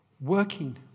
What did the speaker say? Working